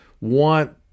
want